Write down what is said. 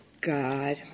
God